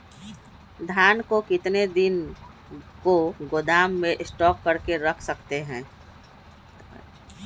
धान को कितने दिन को गोदाम में स्टॉक करके रख सकते हैँ?